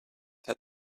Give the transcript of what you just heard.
that